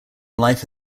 life